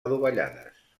adovellades